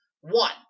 One